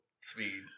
speed